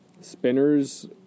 Spinners